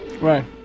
Right